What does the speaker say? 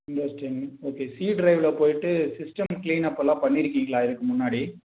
Windows ten okay C டிரைவ்வில் போயிட்டு system clean அப்போலாம் பண்ணிருக்கீங்களா இதற்கு முன்னாடி